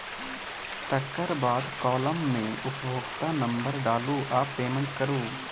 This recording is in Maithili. तकर बाद काँलम मे उपभोक्ता नंबर डालु आ पेमेंट करु